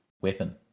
weapon